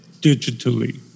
digitally